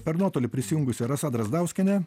per nuotolį prisijungusi rasa drazdauskienė